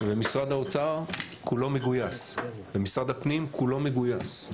ומשרד האוצר כולו מגויס, ומשרד הפנים כולו מגויס.